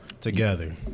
together